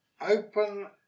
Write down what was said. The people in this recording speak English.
open